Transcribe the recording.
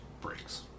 breaks